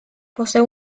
posee